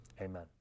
Amen